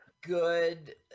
good